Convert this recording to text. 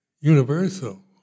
Universal